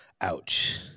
ouch